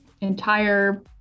entire